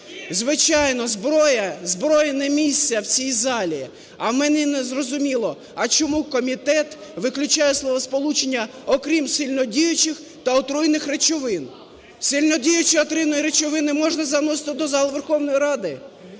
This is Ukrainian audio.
Звичайно, зброї не місце в цій залі. А мені незрозуміло, а чому комітет виключає словосполучення "окрім сильнодіючих та отруйних речовин". Сильнодіючі отруйні речовини можна заносити до залу